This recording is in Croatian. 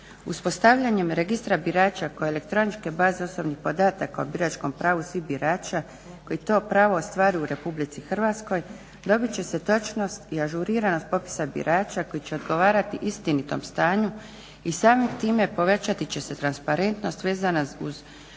Uspostavljanjem registra birača koje elektroničke baze osobnih podataka o biračkom pravu svih birača koji to pravo ostvaruju u RH dobit će se točnost i ažuriranost popisa birača koji će odgovarati istinitom stanju i samim time povećati će se transparentnost vezana uz